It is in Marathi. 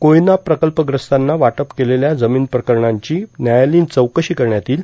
कोयना प्रकल्पग्रस्तांना वाटप केलेल्या जमीन प्रकरणांची व्यायालयीन चौकशी करण्यात येईल